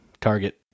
Target